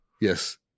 Yes